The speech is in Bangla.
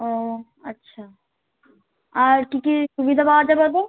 ও আচ্ছা আর কী কী সুবিধা পাওয়া যাবে ওতে